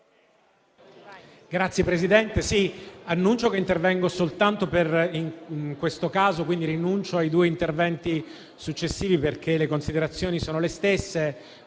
Signor Presidente, annuncio che interverrò soltanto in questo caso e rinunciando ai due interventi successivi perché le considerazioni sono le stesse.